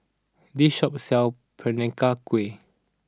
this shop sells Peranakan Kueh